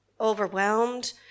overwhelmed